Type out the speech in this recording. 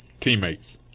teammates